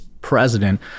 president